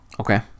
Okay